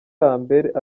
lambert